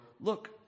look